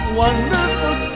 wonderful